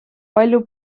palju